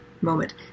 moment